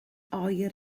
oer